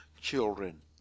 children